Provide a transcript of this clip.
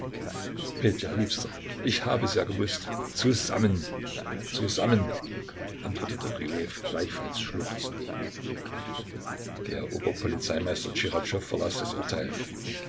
petja liebster ich habe es ja gewußt zusammen zusammen antwortete rylejew gleichfalls schluchzend der ober polizeimeister tschichatschow verlas das urteil